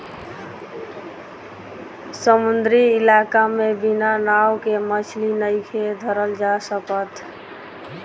समुंद्री इलाका में बिना नाव के मछली नइखे धरल जा सकत